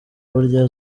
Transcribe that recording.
burya